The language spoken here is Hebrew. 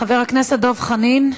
חבר הכנסת דב חנין,